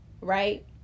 right